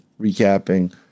recapping